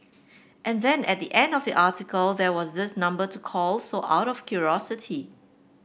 and then at the end of the article there was this number to call so out of curiosity